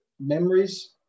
memories